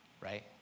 right